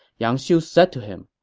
yang xiu said to him,